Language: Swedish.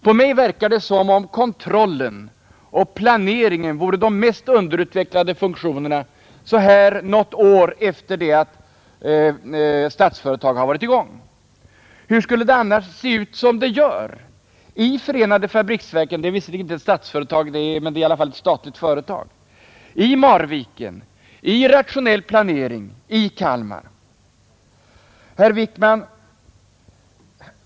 På mig verkar det som om kontrollen och planeringen vore de mest underutvecklade funktionerna så här något år efter det att Statsföretag kommit i gång. Hur skulle det annars kunna se ut som det gör i Förenade 51 fabriksverken, som visserligen inte tillhör statsföretag men som i alla fall är ett statligt företag, i Marviken, i rationell Planering, i Kalmar?